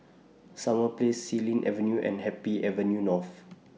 Summer Place Xilin Avenue and Happy Avenue North